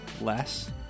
less